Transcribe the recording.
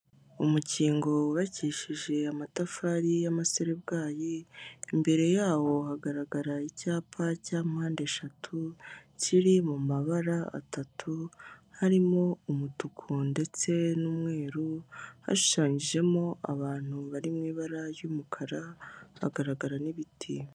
Umukingo wubakishije amatafari y'amaserebwayi, imbere yawo hagaragara icyapa cya mpande eshatu kiri mu mabara atatu, harimo umutuku ndetse n'umweru hashushanjemo abantu bari mu ibara ry'umukara hagaragara n'ibiti.